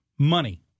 Money